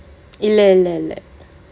இல்ல இல்ல இல்ல:illa illa illa